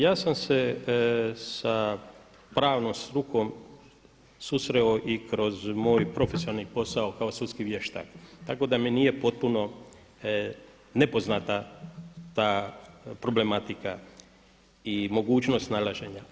Ja sam se sa pravnom strukom susreo i kroz moj profesionalni posao kao sudski vještak, tako da mi nije potpuno nepoznata ta problematika i mogućnost snalaženja.